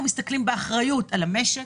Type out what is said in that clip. אנחנו מסתכלים באחריות על המשק,